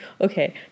okay